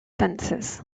fences